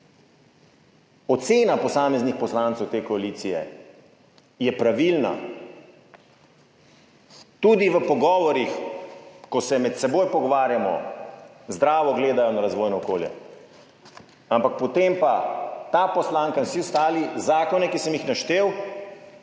ocena posameznih poslancev te koalicije je pravilna, tudi v pogovorih, ko se med seboj pogovarjamo, zdravo gledajo na razvojno okolje, ampak potem pa ta poslanka in vsi ostali zakone, ki sem jih naštel,